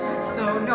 so